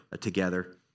together